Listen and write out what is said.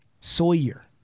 Sawyer